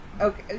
okay